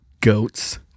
goats